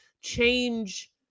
change